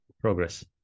Progress